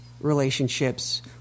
relationships